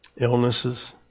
Illnesses